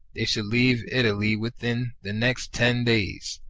they should leave italy within the next ten days.